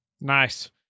Nice